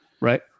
right